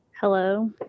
hello